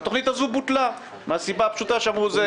התוכנית בוטלה מהסיבה הפשוטה שאמרו שזה